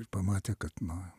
pamatė kad na